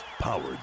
powered